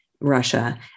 Russia